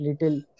little